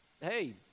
hey